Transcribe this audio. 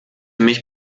mich